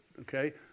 okay